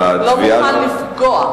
לא משנה.